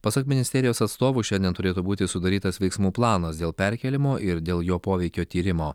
pasak ministerijos atstovų šiandien turėtų būti sudarytas veiksmų planas dėl perkėlimo ir dėl jo poveikio tyrimo